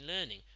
learning